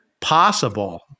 possible